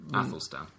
Athelstan